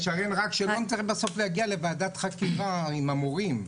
שרן רק שלא נצטרך בסוף להגיע לוועדת חקירה עם המורים,